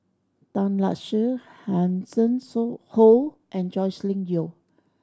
Tan Lark Sye Hanson Ho and Joscelin Yeo